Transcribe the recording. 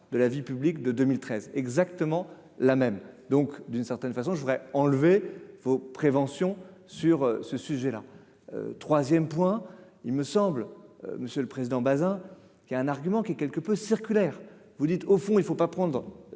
de la vie publique de 2013 exactement la même, donc d'une certaine façon, je voudrais enlever vos préventions sur ce sujet-là 3ème point il me semble, monsieur le président, Bazin qui a un argument qui est quelque peu circulaire, vous dites au fond, il ne faut pas prendre